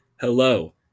Hello